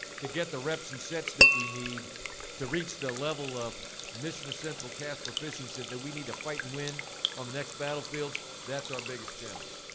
to get the reps and sets that we need to reach the level of mission essential task proficiency that we need to fight and win on the next battlefields, that's our biggest challenge.